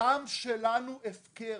הדם שלנו הפקר.